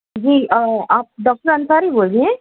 جی آپ ڈاکٹر انصاری بول رہے ہیں